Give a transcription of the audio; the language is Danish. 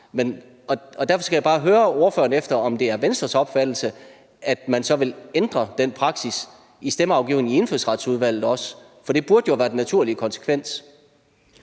Derfor skal jeg bare høre ordføreren, om det er Venstres opfattelse, at man så også vil ændre den praksis i stemmeafgivningen i Indfødsretsudvalget, for det burde jo være den naturlige konsekvens.